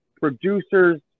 producers